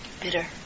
bitter